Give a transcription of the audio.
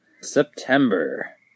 September